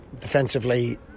defensively